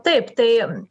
taip tai